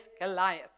Goliath